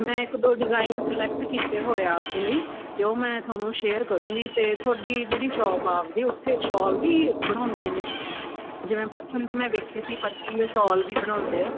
ਮੈਂ ਇੱਕ ਦੋ ਡਿਜਾਇਨ ਸਲੈਕਟ ਕੀਤੇ ਹੋਏ ਆਪਦੇ ਲਈ ਅਤੇ ਉਹ ਮੈਂ ਤੁਹਾਨੂੰ ਸ਼ੇਅਰ ਕਰੂੰਗੀ ਅਤੇ ਤੁਹਾਡੀ ਜਿਹੜੀ ਸ਼ੋਪ ਆਪਦੀ ਉੱਥੇ ਸ਼ਾਲ ਵੀ ਬਣਵਾਉਂਦੇ ਨੇ ਜਿਵੇਂ ਪਸ਼ਮ ਦੇ ਮੈਂ ਵੇਖੇ ਸੀ ਪਸ਼ਮ ਦੇ ਸ਼ਾਲ ਵੀ ਬਣਾਉਂਦੇ ਆ